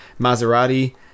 maserati